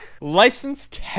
licensed